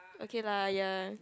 okay lah ya